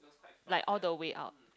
like all the way out